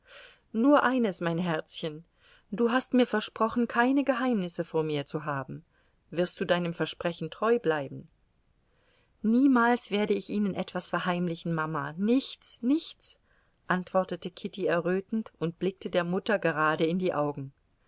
nur eines mein herzchen du hast mir versprochen keine geheimnisse vor mir zu haben wirst du deinem versprechen treu bleiben niemals werde ich ihnen etwas verheimlichen mama nichts nichts antwortete kitty errötend und blickte der mutter gerade in die augen